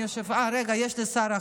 אה, רגע, יש פה שר אחד.